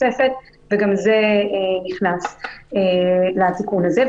וגם זה נכנס לתיקון הזה.